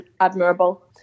admirable